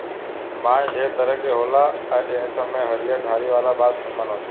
बांस ढेरे तरह के होला आ ए सब में हरियर धारी वाला बांस निमन होखेला